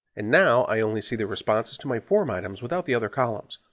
and now i only see the responses to my form items without the other columns.